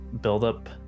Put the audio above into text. build-up